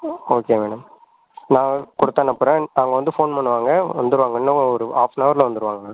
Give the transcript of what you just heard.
okay madam நான் கொடுத்து அனுப்புறன் அவங்க வந்து ஃபோன் பண்ணுவாங்க வந்துருவாங்க இன்னும் ஒரு ஹாஃப் ஹவர் வந்துடுவாங்க